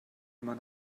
immer